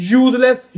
useless